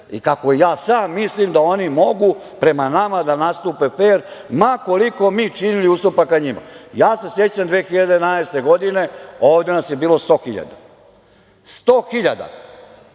i kako ja sam mislim da oni mogu prema nama da nastupe fer, ma koliko mi činili ustupaka njima? Sećam se 2011. godine, ovde nas je bilo 100.000. Sto